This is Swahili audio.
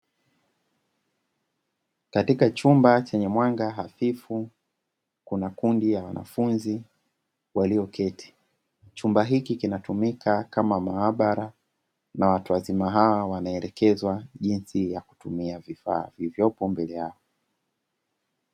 Katika chumba chenye mwanga hafifu kuna kundi la wanafunzi walioketi chumba hiki kinatumika kama mahabara na watu wazima hawa wanaelekezwa jinsi ya kutumia vifaa vilivyopo mbele yao.